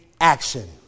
action